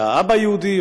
שהאבא יהודי,